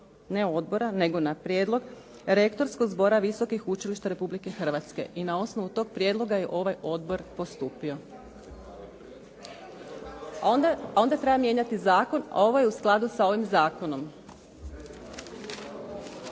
ne odbora nego na prijedlog rektorskog zbora Visokih učilišta Republike Hrvatske. I na osnovu toga prijedloga je ovaj odbor postupio. ... /Upadica se ne razumije./ ... Onda treba mijenjati zakon, a ovo je u skladu sa ovim zakonom.